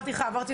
עם